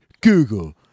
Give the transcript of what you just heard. Google